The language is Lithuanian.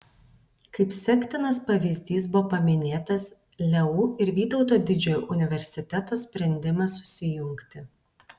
kaip sektinas pavyzdys buvo paminėtas leu ir vytauto didžiojo universiteto sprendimas susijungti